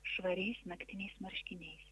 švariais naktiniais marškiniais